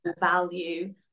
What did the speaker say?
value